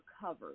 covered